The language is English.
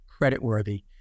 creditworthy